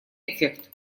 эффект